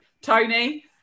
tony